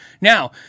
Now